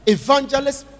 evangelist